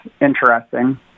interesting